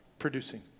Producing